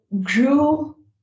grew